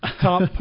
Top